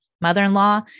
mother-in-law